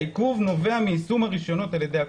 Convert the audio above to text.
העיכוב נובע מיישום הרישיונות על ידי הקופה".